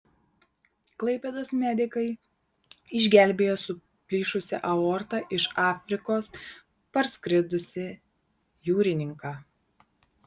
klaipėdos medikai išgelbėjo su plyšusia aorta iš afrikos parskridusį jūrininką